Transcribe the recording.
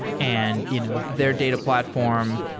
and you know their data platform,